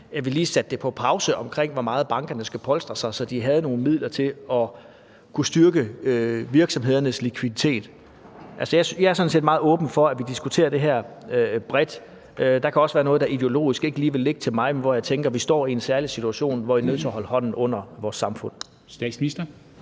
lige satte det på pause, hvor meget bankerne skal polstre sig, så de havde nogle midler til at kunne styrke virksomhedernes likviditet? Altså, jeg er sådan set meget åben for, at vi diskuterer det her bredt. Der kan også være noget, der ideologisk ikke lige ville ligge til mig, men hvor jeg tænker, at vi står i en særlig situation, hvor vi er nødt til at holde hånden under vores samfund. Kl.